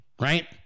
right